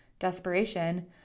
desperation